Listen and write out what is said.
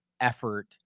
effort